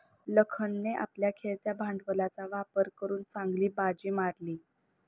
लखनने आपल्या खेळत्या भांडवलाचा वापर करून चांगली बाजी मारली